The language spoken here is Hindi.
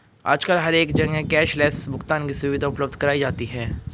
आजकल हर एक जगह कैश लैस भुगतान की सुविधा उपलब्ध कराई जाती है